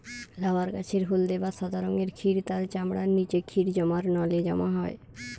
rubber গাছের হলদে বা সাদা রঙের ক্ষীর তার চামড়ার নিচে ক্ষীর জমার নলে জমা হয়